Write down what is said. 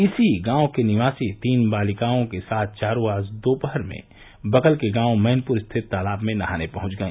इसी गांव के निवासी तीन बालिकाओं के साथ चारों आज दोपहर में बगल के गांव मैनपुर स्थित तालाब में नहाने पहुंच गई